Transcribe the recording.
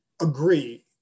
agree